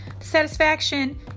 satisfaction